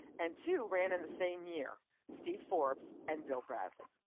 and two ran in the same year steve forbes and bill bradley.